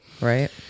right